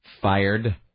fired